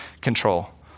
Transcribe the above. control